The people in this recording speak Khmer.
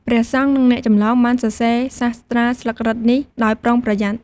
ព្រះសង្ឃ និង អ្នកចម្លង បានសរសេរសាស្ត្រាស្លឹករឹតនេះដោយប្រុងប្រយ័ត្ន។